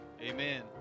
Amen